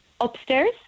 upstairs